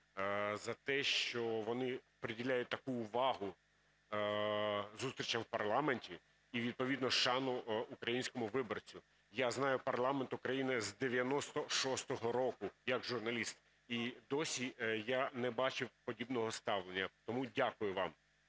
за те, що вони приділяють таку увагу зустрічам у парламенті і відповідно шану українському виборцю. Я знаю парламент України з 96-го року як журналіст і досі я не бачив подібного ставлення. Тому дякую вам,